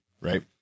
right